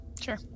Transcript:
Sure